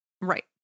right